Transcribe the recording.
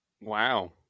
Wow